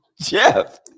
Jeff